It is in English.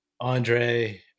Andre